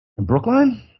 Brookline